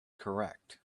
correct